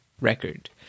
record